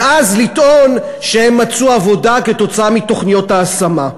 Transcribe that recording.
ואז לטעון שהם מצאו עבודה כתוצאה מתוכניות ההשמה.